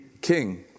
king